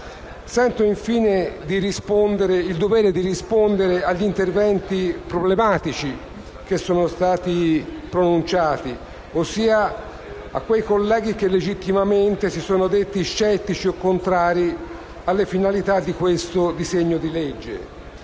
Sento infine il dovere di rispondere agli interventi problematici che sono stati pronunciati, ossia a quei colleghi che legittimamente si sono detti scettici o contrari alle finalità di questo disegno di legge.